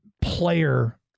player